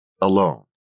alone